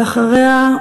ואחריה,